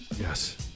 yes